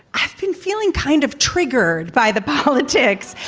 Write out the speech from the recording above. i've been feeling kind of triggered by the politics.